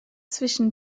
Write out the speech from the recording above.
zwischen